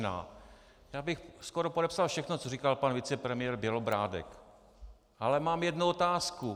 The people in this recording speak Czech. Já bych skoro podepsal všechno, co říkal pan vicepremiér Bělobrádek, ale mám jednu otázku.